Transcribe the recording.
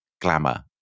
glamour